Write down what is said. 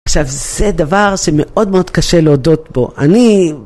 עכשיו זה דבר שמאוד מאוד קשה להודות בו, אני...